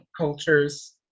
cultures